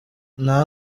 nta